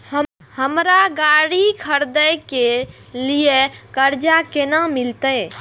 हमरा गाड़ी खरदे के लिए कर्जा केना मिलते?